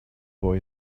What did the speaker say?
boy